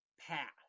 path